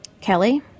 Kelly